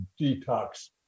detox